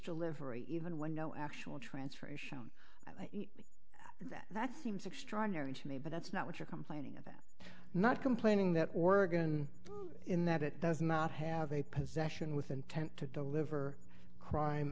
delivery even when no actual transfer is shown that that seems extraordinary to me but that's not what you're complaining about not complaining that oregon in that it does not have a possession with intent to deliver crime